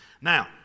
Now